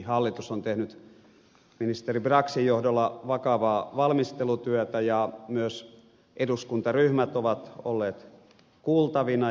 hallitus on tehnyt ministeri braxin johdolla vakavaa valmistelutyötä ja myös eduskuntaryhmät ovat olleet kuultavina